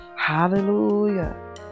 hallelujah